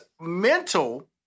mental